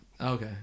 Okay